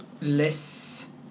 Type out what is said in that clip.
less